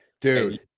dude